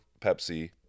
Pepsi